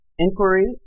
Inquiry